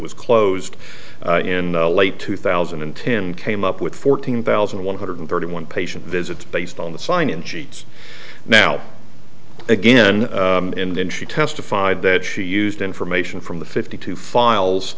was closed in late two thousand and ten came up with fourteen thousand one hundred thirty one patient visits based on the sign in sheets now again and she testified that she used information from the fifty two files